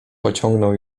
pociągnął